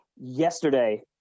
Yesterday